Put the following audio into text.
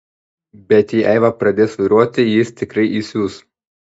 bet jei aiva pradės vairuoti jis tikrai įsius